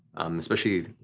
especially